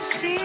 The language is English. See